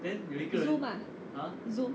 zoom ah zoom